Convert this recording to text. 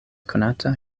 konata